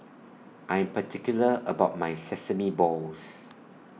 I Am particular about My Sesame Balls